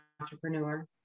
entrepreneur